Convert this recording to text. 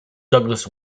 douglas